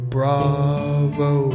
Bravo